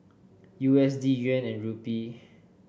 U S D Yuan and Rupee